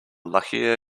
luckier